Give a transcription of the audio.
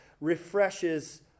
refreshes